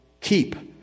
keep